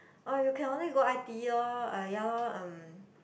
oh you can only go i_t_e orh ya lor um